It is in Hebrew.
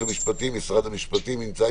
משרד המשפטים.